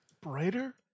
brighter